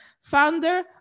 founder